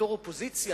בתור אופוזיציה,